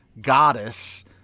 goddess